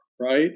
right